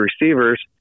receivers